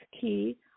key